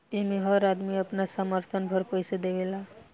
एमे हर आदमी अपना सामर्थ भर पईसा देवेला